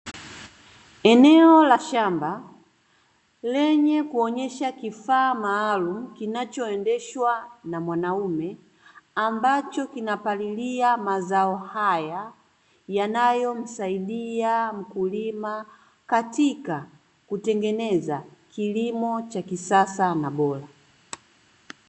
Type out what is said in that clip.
Eneo la shamba lenye kuonyesha kifaa maalumu, ambacho kinachoendeshwa na mwanaume ambacho kinapalilia mazao haya yanayomsaidia mkulima katika kutengeneza kilimo cha kisasa na bora.